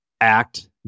act